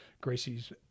Gracie's